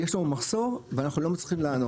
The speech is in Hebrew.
יש לנו מחסור ואנחנו לא מצליחים לענות.